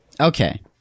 Okay